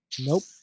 Nope